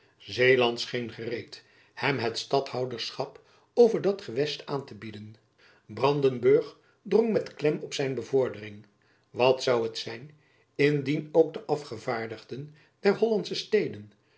zeeland scheen gereed hem het stadhouderschap over dat gewest aan te bieden brandenburg drong met klem op zijn bevordering wat zoû het zijn indien ook de afgevaardigden der hollandsche steden